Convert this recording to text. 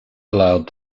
allowed